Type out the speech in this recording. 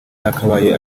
yakabaye